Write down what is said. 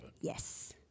Yes